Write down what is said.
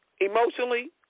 emotionally